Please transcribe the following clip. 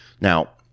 Now